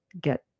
get